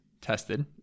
Tested